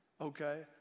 Okay